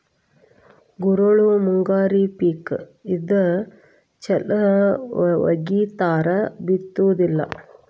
ಗುರೆಳ್ಳು ಮುಂಗಾರಿ ಪಿಕ್ ಇದ್ದ ಚಲ್ ವಗಿತಾರ ಬಿತ್ತುದಿಲ್ಲಾ